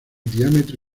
diámetro